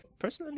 Personally